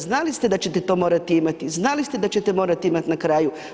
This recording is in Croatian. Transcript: Znali ste da ćete to morati imati, znali ste da ćete morati imati na kraju.